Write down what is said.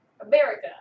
America